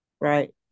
Right